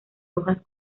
rojas